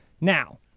Now